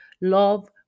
Love